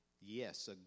Yes